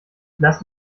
lasst